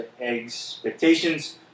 expectations